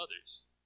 others